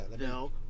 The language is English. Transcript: no